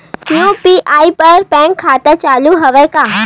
UPI बर bank खाता जरूरी हवय का?